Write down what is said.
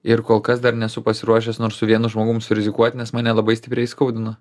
ir kol kas dar nesu pasiruošęs nors su vienu žmogumi surizikuot nes mane labai stipriai įskaudino